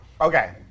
Okay